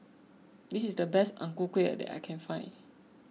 this is the best Ang Ku Kueh that I can find